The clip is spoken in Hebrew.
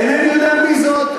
אינני יודע מי זאת,